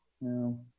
no